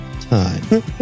time